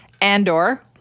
Andor